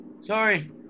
Sorry